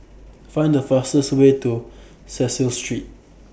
Find The fastest Way to Cecil Street